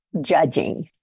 judging